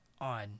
on